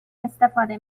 استفاده